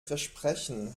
versprechen